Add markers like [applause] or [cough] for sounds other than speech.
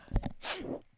yeah [noise]